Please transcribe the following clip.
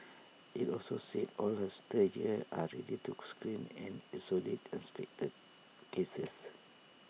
IT also said all her stage here are ready to screen and isolate suspected cases